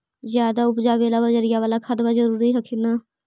ज्यादा उपजाबे ला बजरिया बाला खदबा जरूरी हखिन न?